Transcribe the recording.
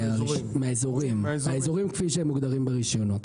מהאזורים כפי שהם מוגדרים ברישיונות.